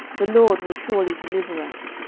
the lord will surely deliver us,